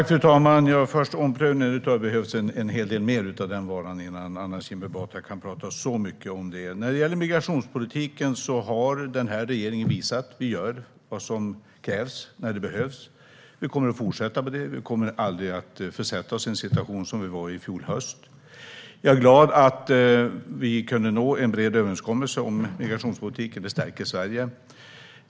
Fru talman! När det gäller omprövning tror jag att det behövs en hel del mer av den varan innan Anna Kinberg Batra kan tala så mycket om det. När det gäller migrationspolitiken har den här regeringen visat att vi gör vad som krävs när det behövs. Vi kommer att fortsätta med det. Vi kommer aldrig att försätta oss i en sådan situation som vi i fjol höst var i. Jag är glad över att vi kunde nå en bred överenskommelse om migrationspolitiken. Det stärker Sverige.